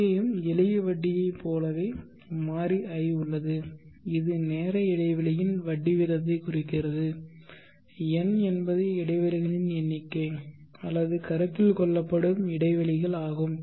இங்கேயும் எளிய வட்டியை போலவே மாறி i உள்ளது இது நேர இடைவெளியின் வட்டி வீதத்தைக் குறிக்கிறது n என்பது இடைவெளிகளின் எண்ணிக்கை அல்லது கருத்தில் கொள்ளப்படும் இடைவெளிகள் ஆகும்